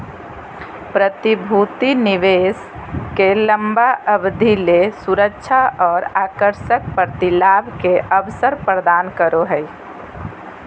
प्रतिभूति निवेश के लंबा अवधि ले सुरक्षा और आकर्षक प्रतिलाभ के अवसर प्रदान करो हइ